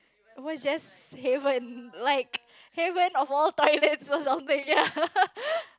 over is just heaven like heaven of all time I saw something ya